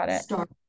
start